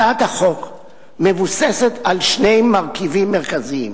הצעת החוק מבוססת על שני מרכיבים מרכזיים.